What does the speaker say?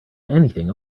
anything